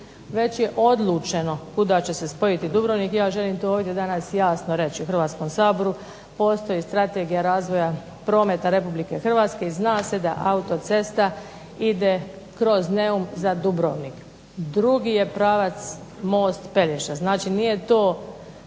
Već je odlučeno kuda će se spojiti Dubrovnik i ja želim to ovdje danas jasno reći u Hrvatskom saboru. Postoji strategija razvoja prometa RH i zna se da autocesta ide kroz Neum za Dubrovnik. Drugi je pravac most Pelješac, znači nije to